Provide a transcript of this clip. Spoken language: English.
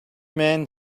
man